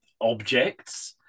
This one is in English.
objects